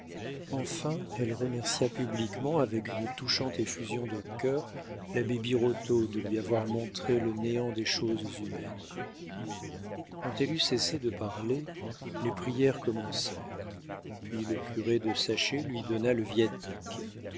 enfin elle remercia publiquement avec une touchante effusion de cœur l'abbé birotteau de lui avoir montré le néant des choses humaines quand elle eut cessé de parler les prières commencèrent puis le curé de saché lui donna le viatique